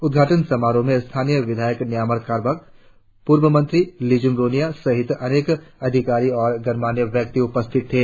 उद्घाटन समारोह में स्थानीय विधायक न्यामार कारबक पूर्व मंत्री लिजुम रोन्या सहित अनेक अधिकारी और गणमान्य व्यक्ति उपस्थित थे